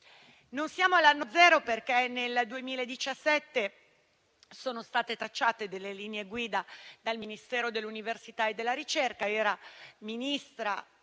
Non siamo all'anno zero, perché nel 2017 sono state tracciate delle linee guida dal Ministero dell'università e della ricerca, quando era ministra